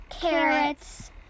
carrots